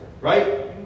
right